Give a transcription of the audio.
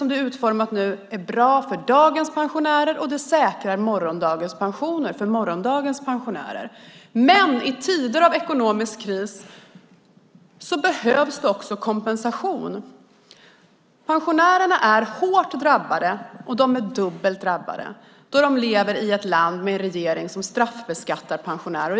Som det nu är utformat är det bra för dagens pensionärer, och det säkrar morgondagens pensioner för morgondagens pensionärer. I tider av ekonomisk kris behövs det dock kompensation. Pensionärerna är hårt och dubbelt drabbade eftersom de lever i ett land med en regering som straffbeskattar dem.